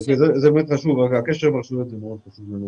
הקשר עם הרשויות מאוד חשוב לנו,